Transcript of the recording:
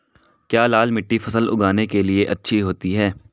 क्या लाल मिट्टी फसल उगाने के लिए अच्छी होती है?